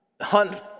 hunt